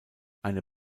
eine